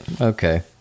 Okay